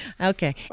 Okay